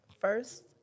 first